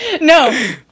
no